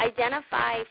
Identify